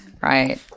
right